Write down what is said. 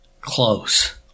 close